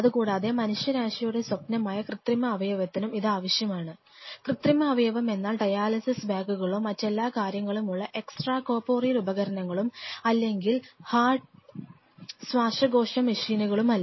അതു കൂടാതെ മനുഷ്യരാശിയുടെ സ്വപ്നമായ കൃത്രിമ അവയവത്തിനും ഇത് ആവശ്യമാണ് കൃത്രിമ അവയവം എന്നാൽ ഡയാലിസിസ് ബാഗുകളോ മറ്റെല്ലാ കാര്യങ്ങളും ഉള്ള എക്സ്ട്രാ കോർപോറിയൽ ഉപകരണങ്ങങ്ങളും അല്ലെങ്കിൽ ഹാർട്ട് ശ്വാസകോശ മെഷീനുകളുമല്ല